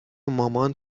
مامان